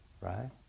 Right